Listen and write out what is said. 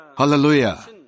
Hallelujah